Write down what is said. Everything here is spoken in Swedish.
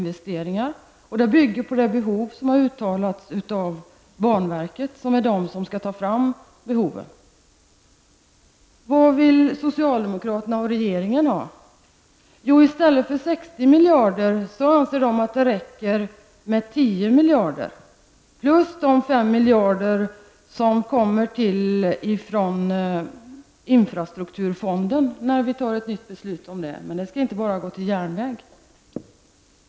Detta förslag bygger på det behov som har redovisats av banverket, som ju skall bedöma behoven. Vad vill socialdemokraterna och regeringen? Jo, i stället för 60 miljarder kronor anser de att det räcker med 10 miljarder plus de 5 miljarder som kommer från infrastrukturfonden, när vi har fattat ett nytt beslut om den saken. Men dessa pengar skall inte gå till bara järnvägar.